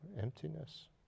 emptiness